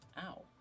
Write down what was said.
Ow